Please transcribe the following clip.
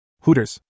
Hooters